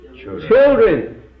children